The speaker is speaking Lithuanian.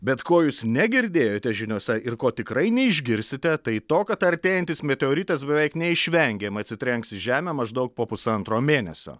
bet ko jūs negirdėjote žiniose ir ko tikrai neišgirsite tai to kad artėjantis meteoritas beveik neišvengiamai atsitrenks į žemę maždaug po pusantro mėnesio